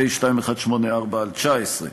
פ/2184/19.